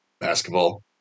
basketball